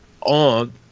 on